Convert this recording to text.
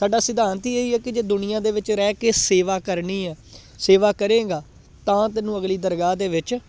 ਸਾਡਾ ਸਿਧਾਂਤ ਹੀ ਇਹੀ ਹੈ ਕਿ ਜੇ ਦੁਨੀਆਂ ਦੇ ਵਿੱਚ ਰਹਿ ਕੇ ਸੇਵਾ ਕਰਨੀ ਏ ਸੇਵਾ ਕਰੇਂਗਾ ਤਾਂ ਤੈਨੂੰ ਅਗਲੀ ਦਰਗਾਹ ਦੇ ਵਿੱਚ